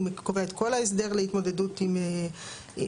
הוא קובע את כל ההסדר להתמודדות עם הקורונה.